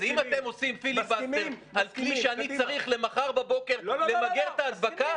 אם אתם עושים פיליבסטר על כלי שאני צריך למחר בבוקר למגר את ההדבקה,